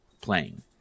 playing